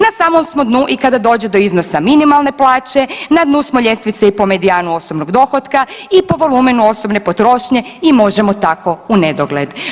Na samom smo dnu i kada dođe do iznosa minimalne plaće, na dnu smo ljestvice i po medijanu osobnog dohotka i po volumenu osobne potrošnje i možemo tako u nedogled.